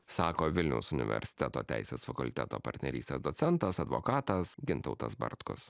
sako vilniaus universiteto teisės fakulteto partnerystės docentas advokatas gintautas bartkus